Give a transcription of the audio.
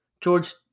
George